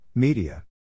Media